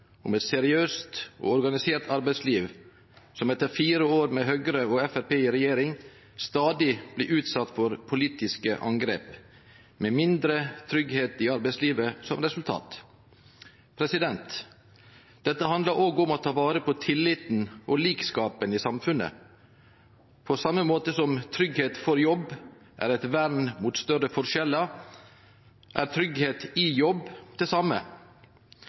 seriøst og organisert arbeidsliv, som etter fire år med Høgre og Framstegspartiet i regjering stadig blir utsett for politiske angrep, med mindre tryggleik i arbeidslivet som resultat. Dette handlar òg om å ta vare på tilliten og likskapen i samfunnet. På same måte som tryggleik for jobb er eit vern mot større forskjellar, er tryggleik i jobb det same.